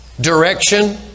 direction